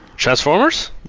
Transformers